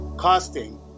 casting